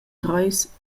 treis